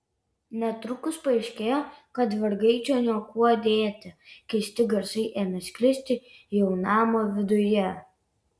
netrukus paaiškėjo kad vergai čia niekuo dėti keisti garsai ėmė sklisti jau namo viduje